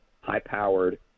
high-powered